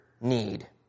need